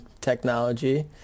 technology